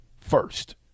first